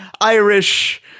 Irish